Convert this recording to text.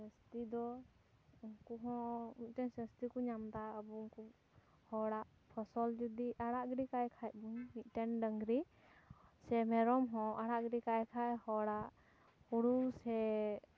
ᱥᱟᱹᱥᱛᱤ ᱫᱚ ᱩᱱᱠᱩ ᱦᱚᱸ ᱢᱤᱫᱴᱮᱱ ᱥᱟᱹᱥᱛᱤ ᱠᱚ ᱧᱟᱢᱫᱟ ᱟᱵᱚ ᱩᱱᱠᱩ ᱦᱚᱲᱟᱜ ᱯᱷᱚᱥᱚᱞ ᱡᱩᱫᱤ ᱟᱲᱟᱜ ᱜᱤᱰᱤ ᱠᱟᱭ ᱠᱷᱟᱱ ᱵᱚᱱ ᱢᱤᱫᱴᱮᱱ ᱰᱟᱹᱝᱨᱤ ᱥᱮ ᱢᱮᱨᱚᱢ ᱦᱚᱸ ᱟᱲᱟᱜ ᱜᱤᱰᱤ ᱠᱟᱭᱠᱷᱟᱱ ᱦᱚᱲᱟᱜ ᱦᱩᱲᱩ ᱥᱮ